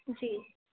جی